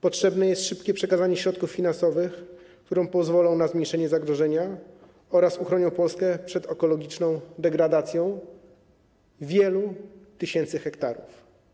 Potrzebne jest szybkie przekazanie środków finansowych, które pozwolą na zmniejszenie zagrożenia oraz uchronią Polskę przed ekologiczną degradacją wielu tysięcy hektarów.